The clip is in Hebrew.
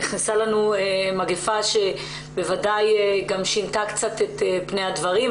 נכנסה לנו מגיפה שבוודאי שינתה קצת את פני הדברים.